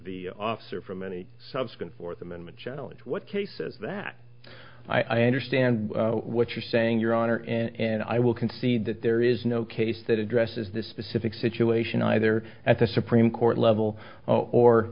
the officer from any subsequent fourth amendment challenge what cases that i understand what you're saying your honor and i will concede that there is no case that addresses this specific situation either at the supreme court level or